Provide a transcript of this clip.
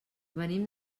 venim